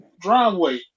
driveway